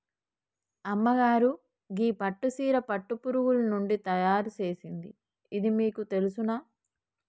అమ్మగారు గీ పట్టు సీర పట్టు పురుగులు నుండి తయారు సేసింది ఇది మీకు తెలుసునా